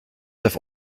have